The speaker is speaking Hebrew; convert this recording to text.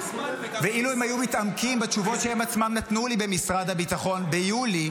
ואילו הם היו מתעמקים בתשובות שהם עצמם נתנו לי במשרד הביטחון ביולי,